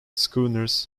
schooners